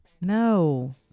No